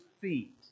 feet